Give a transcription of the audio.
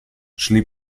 szli